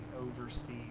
oversee